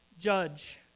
judge